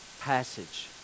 passage